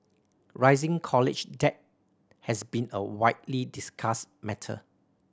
rising college debt has been a widely discussed matter